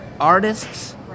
artists